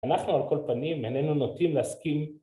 אנחנו, על כל פנים, איננו נוטים להסכים